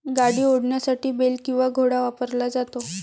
गाडी ओढण्यासाठी बेल किंवा घोडा वापरला जातो